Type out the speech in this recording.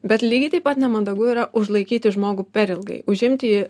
bet lygiai taip pat nemandagu yra užlaikyti žmogų per ilgai užimti